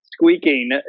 Squeaking